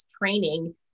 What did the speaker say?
training